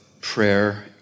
prayer